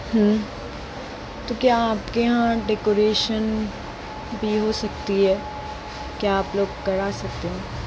तो क्या आपके यहाँ डेकोरेशन भी हो सकती है क्या आप लोग करा सकते हैं